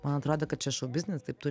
man atrodė kad čia šou biznis taip turi